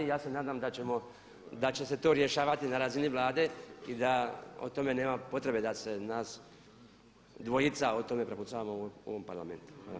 Ja se nadam da će se to rješavati na razini Vlade i da o tome nema potrebe da se nas dvojica o tome prepucavamo u ovom Parlamentu.